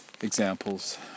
Examples